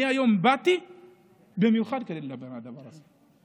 היום באתי במיוחד כדי לדבר על הדבר הזה.